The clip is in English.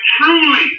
truly